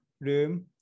room